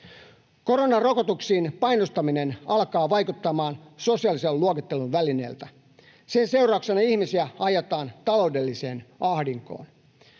Koronarokotuksiin painostaminen alkaa vaikuttamaan sosiaalisen luokittelun välineeltä. Sen seurauksena ihmisiä ajetaan taloudelliseen ahdinkoon.